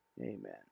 Amen